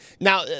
Now